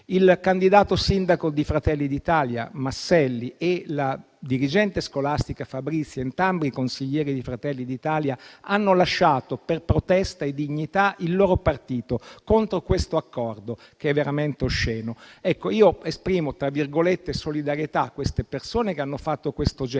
Il candidato sindaco di Fratelli d'Italia Masselli e la dirigente scolastica Fabrizi, entrambi consiglieri di Fratelli d'Italia, hanno lasciato, per protesta e dignità, il loro partito contro questo accordo, che è veramente osceno. Esprimo, per così dire, solidarietà a queste persone che hanno fatto questo gesto,